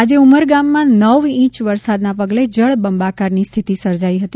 આજે ઉંમરગામમાં નવ ઇંચ વરસાદના પગલે જળબંબાકારની સ્થિતિ સર્જાઈ હતી